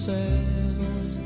sails